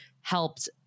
helped